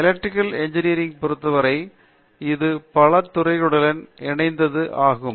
electrical engineering பொறுத்தவரை இது பல துறையுடன் இணைத்தது ஆகும்